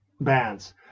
bands